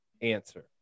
answer